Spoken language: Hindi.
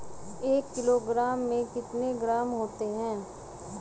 एक किलोग्राम में कितने ग्राम होते हैं?